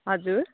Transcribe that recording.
हजुर